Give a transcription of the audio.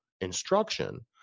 instruction